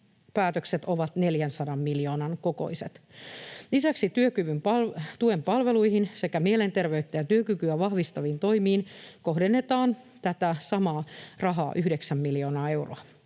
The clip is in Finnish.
päätökset ovat 400 miljoonan kokoiset. Lisäksi työkyvyn tuen palveluihin sekä mielenterveyttä ja työkykyä vahvistaviin toimiin kohdennetaan tätä samaa rahaa 9 miljoonaa euroa.